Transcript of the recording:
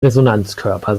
resonanzkörper